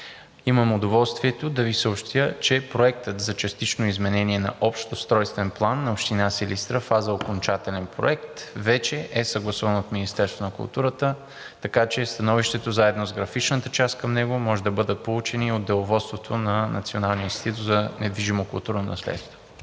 имам удоволствието да Ви съобщя, че Проектът за частично изменение на Общ устройствен план на Община Силистра – фаза окончателен проект, вече е съгласуван от Министерството на културата, така че становището заедно с графичната част към него могат да бъдат получени от Деловодството на Националния институт за недвижимо културно наследство.